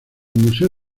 museo